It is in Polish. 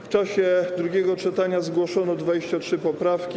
W czasie drugiego czytania zgłoszono 23 poprawki.